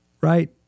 Right